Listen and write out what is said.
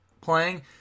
playing